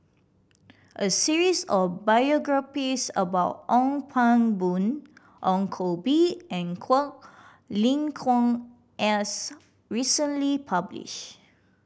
a series of biographies about Ong Pang Boon Ong Koh Bee and Quek Ling Kiong as recently publish